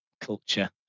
culture